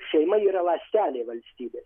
šeima yra ląstelė valstybės